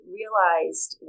realized